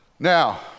Now